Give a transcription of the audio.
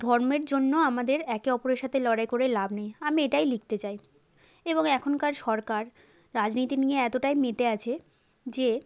ধর্মের জন্য আমাদের একে অপরের সাথে লড়াই করে লাভ নেই আমি এটাই লিখতে চাই এবং এখনকার সরকার রাজনীতি নিয়ে এতটাই মেতে আছে যে